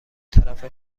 طرف